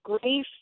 grief